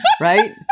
Right